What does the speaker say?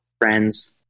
friends